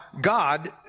God